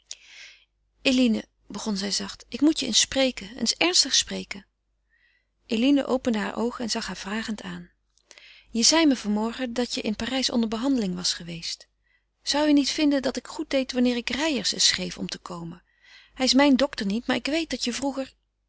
eline begon zij zacht ik moet je eens spreken eens ernstig spreken eline opende hare oogen en zag haar vragend aan je zei me van morgen dat je in parijs onder behandeling was geweest zou je niet vinden dat ik goed deed wanneer ik reijer eens schreef om te komen hij is mijn dokter niet maar ik weet dat je vroeger